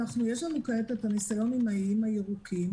יש לנו כעת את הניסיון עם האיים הירוקים,